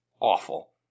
awful